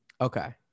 Okay